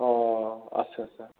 अ आच्चा आच्चा